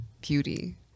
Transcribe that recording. beauty